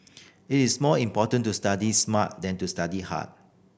it is more important to study smart than to study hard